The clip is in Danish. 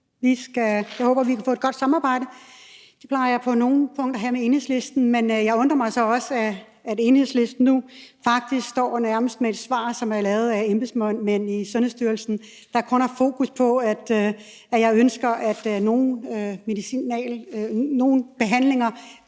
Jeg håber, vi kan få et godt samarbejde. Det plejer jeg på nogle punkter at have med Enhedslisten. Men det undrer mig, at Enhedslisten nu faktisk står med et svar, som nærmest er lavet af embedsmændene i Sundhedsstyrelsen, der kun har fokus på, at jeg ønsker, at nogle behandlinger